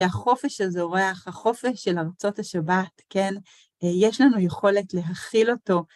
והחופש שזורח, החופש של ארצות השבת, כן, יש לנו יכולת להכיל אותו.